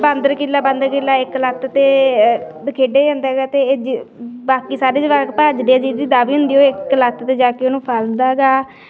ਬਾਂਦਰ ਕਿਲਾ ਬਾਂਦਰ ਕਿਲਾ ਇੱਕ ਲੱਤ 'ਤੇ ਖੇਡਿਆ ਜਾਂਦਾ ਹੈਗਾ ਅਤੇ ਇਹ ਜੇ ਬਾਕੀ ਸਾਰੇ ਜਵਾਕ ਭੱਜਦੇ ਜਿਹਦੀ ਦਾਵੀ ਹੁੰਦੀ ਉਹ ਇੱਕ ਲੱਤ 'ਤੇ ਜਾ ਕੇ ਉਹਨੂੰ ਫੜਦਾ ਹੈਗਾ